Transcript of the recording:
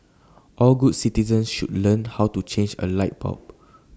all good citizens should learn how to change A light bulb